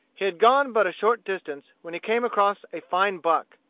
he had gone but a short distance when he came across a fine buck.